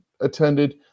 attended